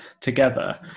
together